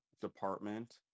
department